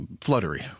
fluttery